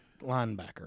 Linebacker